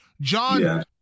John